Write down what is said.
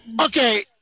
Okay